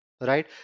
right